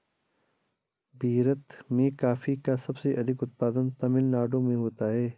भीरत में कॉफी का सबसे अधिक उत्पादन तमिल नाडु में होता है